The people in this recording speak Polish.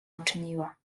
uczyniła